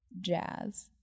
jazz